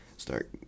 start